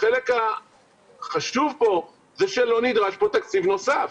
החלק החשוב פה הוא שלא נדרש פה תקציב נוסף.